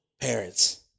parents